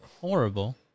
horrible